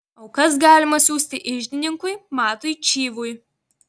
aukas galima siųsti iždininkui matui čyvui